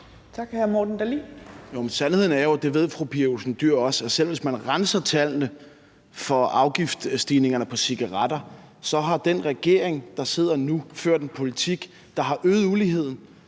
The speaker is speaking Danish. til hr. Morten Dahlin